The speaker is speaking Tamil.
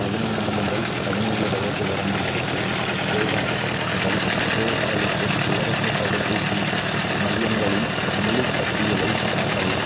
பதினைந்து முதல் பதினேழு வயது வரம்பினருக்கு கோவேக்ஸ் முதல் டோஸ் அளிக்கும் இலவசத் தடுப்பூசி மையங்களின் முழுப் பட்டியலைக் காட்டவும்